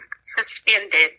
suspended